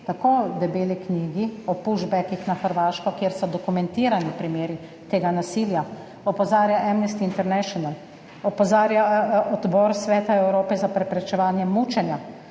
zboru/ knjigi o pushbackih na Hrvaško, kjer so dokumentirani primeri tega nasilja. Opozarja Amnesty International, opozarja odbor Sveta Evrope za preprečevanje mučenja,